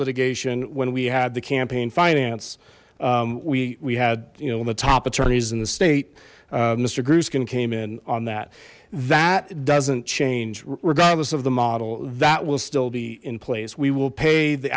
litigation when we had the campaign finance we we had you know the top attorneys in the state mr gru's can came in on that that doesn't change regardless of the model that will still be in place we will pay the